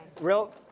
real